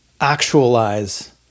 actualize